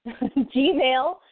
gmail